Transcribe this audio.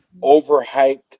overhyped